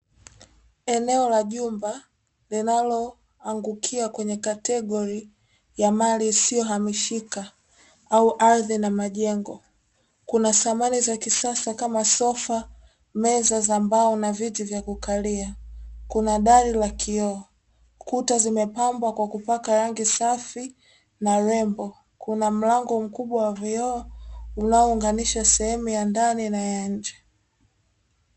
Eneo la jumba linaloangukia kwenye kategori ya mali isiyohamishika au ardhi na majengo. Kuna samani za kisasa kama sofa, meza za mbao na viti vya kukalia, kuna dari la kioo. Kuta zimepambwa kwa kupakwa rangi safi na rembo, kuna mlango mkubwa wa vioo, unaounganisha sehemu ya ndani na ya nje.